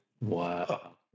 Wow